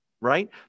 right